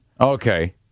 Okay